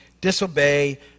disobey